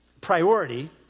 priority